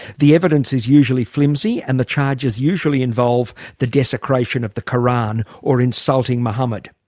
the evidence is usually flimsy and the charges usually involve the desecration of the koran or insulting muhammad.